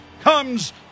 comes